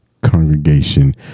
congregation